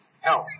help